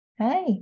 Hi